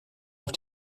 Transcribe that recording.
auf